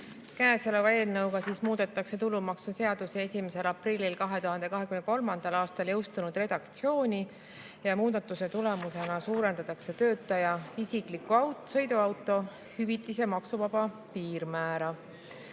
Käesoleva eelnõuga muudetakse tulumaksuseaduse 1. aprillil 2023. aastal jõustunud redaktsiooni. Muudatuse tulemusena suurendatakse töötaja isikliku sõiduauto [kasutamise] hüvitise maksuvaba piirmäära.